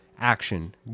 Action